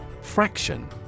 Fraction